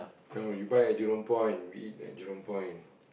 no you buy at Jurong-Point we eat at Jurong-Point